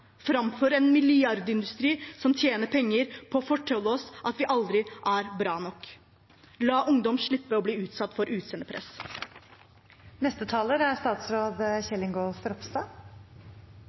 framfor på milliardindustriens, en milliardindustri som tjener penger på å fortelle oss at vi aldri er bra nok. La ungdom slippe å bli utsatt for utseendepress. Jeg er